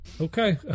Okay